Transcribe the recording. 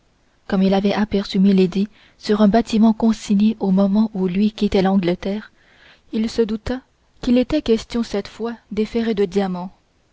comme il avait aperçu milady sur un bâtiment consigné au moment où lui-même quittait l'angleterre il se douta qu'il était question cette fois des ferrets de diamants